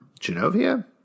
Genovia